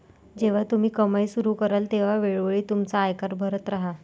जेव्हा तुम्ही कमाई सुरू कराल तेव्हा वेळोवेळी तुमचा आयकर भरत राहा